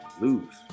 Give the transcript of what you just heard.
lose